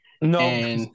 No